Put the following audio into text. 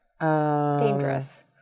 Dangerous